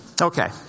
Okay